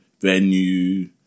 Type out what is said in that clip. venue